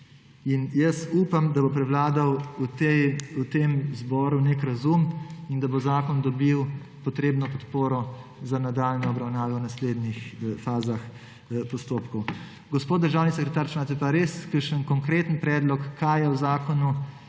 Lisec. Upam, da bo prevladal v tem zboru nek razum in da bo zakon dobil potrebno podporo za nadaljnje obravnave v naslednjih fazah postopkov. Gospod državni sekretar, če imate pa res kakšen konkreten predlog, kaj je v zakonu